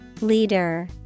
Leader